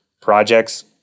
projects